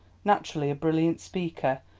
naturally a brilliant speaker,